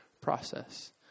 process